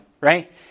right